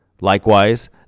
Likewise